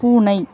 பூனை